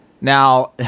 now